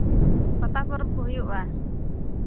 ᱯᱟᱛᱟ ᱯᱚᱨᱚᱵᱽ ᱠᱚ ᱦᱩᱭᱩᱜᱼᱟ